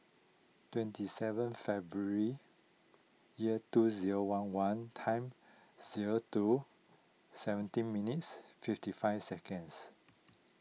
twenty seven February year two zero one one time zero two seventeen minutes fifty five seconds